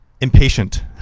impatient